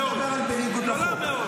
אני לא מדבר בניגוד לחוק.